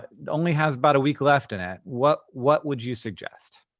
and only has about a week left in it, what what would you suggest?